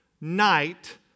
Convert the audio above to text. night